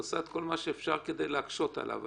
את עושה כל מה שאפשר כדי להקשות עליו,